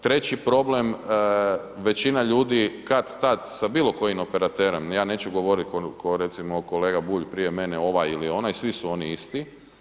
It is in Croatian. Treći problem većina ljudi kad-tad sa bilo kojim operaterom, ja neću govorit ko recimo kolega Bulj prije mene ovaj ili onaj, svi su oni isti.